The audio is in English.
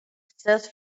says